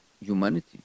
humanity